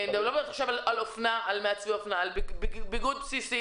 ואני לא מדברת עכשיו על מעצבי אופנה אלא על ביגוד בסיסי,